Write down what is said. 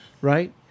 right